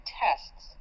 tests